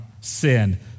sin